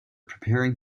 preparing